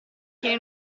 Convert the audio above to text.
chi